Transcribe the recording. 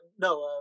no